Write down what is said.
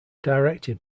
directed